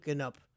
up